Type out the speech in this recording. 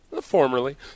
formerly